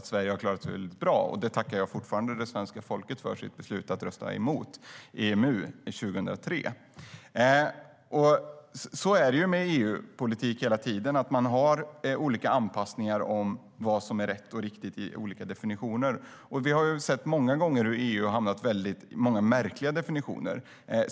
Sverige ändå klarat sig bra. Det tackar jag fortfarande det svenska folket för som röstade emot EMU 2003. Så är det med EU-politik hela tiden. Man anpassar sig efter vad som är rätt och riktigt i EU:s olika definitioner. Vi har sett många gånger hur EU har infört mycket märkliga definitioner.